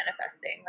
manifesting